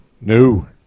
No